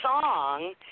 song